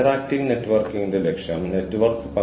എനിക്ക് വിഷയത്തെക്കുറിച്ച് തീക്ഷണമായ അറിവുണ്ടായിരിക്കണം